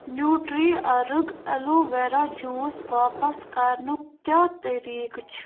نیوٗٹرٛی آرگ ایلو وٮ۪را جوٗس واپس کرنُک کیٛاہ طریٖقہٕ چھ؟